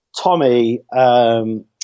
Tommy